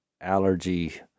allergy